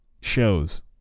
shows